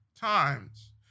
times